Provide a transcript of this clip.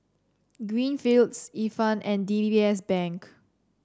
Greenfields Ifan and D B B S Bank